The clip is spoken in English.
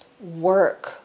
work